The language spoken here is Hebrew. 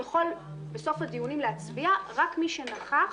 יכול בסוף הדיונים להצביע רק מי שנכח